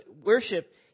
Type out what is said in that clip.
worship